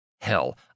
Hell